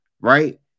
right